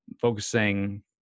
focusing